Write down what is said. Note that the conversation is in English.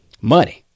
money